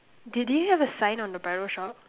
do do you have a sign on the bridal shop